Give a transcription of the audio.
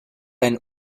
einen